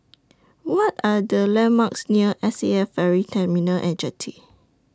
What Are The landmarks near S A F Ferry Terminal and Jetty